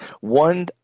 one